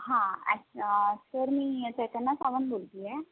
हां ॲक्च सर मी चैतना सावन बोलती आहे